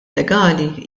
legali